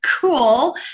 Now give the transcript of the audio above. cool